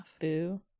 Boo